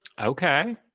Okay